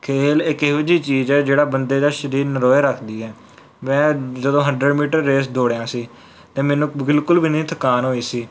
ਖੇਡ ਇੱਕ ਇਹੋ ਜਿਹੀ ਚੀਜ਼ ਹੈ ਜਿਹੜਾ ਬੰਦੇ ਦਾ ਸਰੀਰ ਨਰੋਇਆ ਰੱਖਦੀ ਹੈ ਮੈਂ ਜਦੋਂ ਹੰਡਰਡ ਮੀਟਰ ਰੇਸ ਦੋੜਿਆ ਸੀ ਅਤੇ ਮੈਨੂੰ ਬਿਲਕੁਲ ਵੀ ਨਹੀਂ ਥਕਾਨ ਹੋਈ ਸੀ